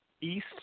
East